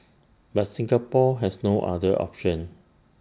but Singapore has no other option